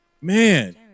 Man